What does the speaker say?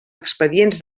expedients